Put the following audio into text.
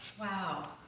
wow